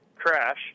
Crash